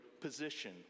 Position